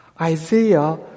Isaiah